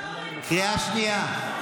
קריאה שנייה,